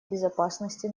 безопасности